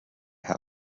have